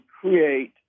create